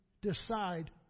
decide